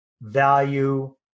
value